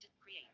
Create